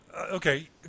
okay